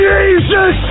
Jesus